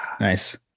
Nice